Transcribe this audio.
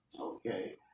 Okay